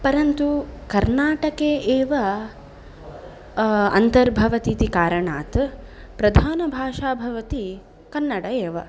परन्तु कर्नाटके एव अन्तर्भवति इति कारणात् प्रधानभाषा भवति कन्नडा एव